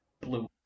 blue